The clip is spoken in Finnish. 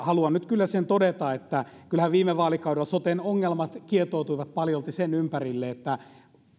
haluan nyt kyllä todeta sen että kyllähän viime vaalikaudella soten ongelmat kietoutuivat paljolti sen ympärille että